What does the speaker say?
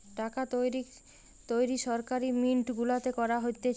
টাকা তৈরী সরকারি মিন্ট গুলাতে করা হতিছে